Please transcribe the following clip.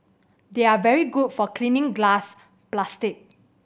they are very good for cleaning glass plastic